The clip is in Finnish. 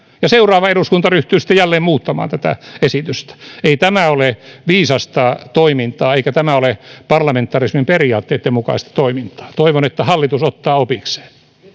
ja seuraava eduskunta ryhtyy sitten jälleen muuttamaan tätä esitystä ei tämä ole viisasta toimintaa eikä tämä ole parlamentarismin periaatteitten mukaista toimintaa toivon että hallitus ottaa opikseen